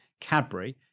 Cadbury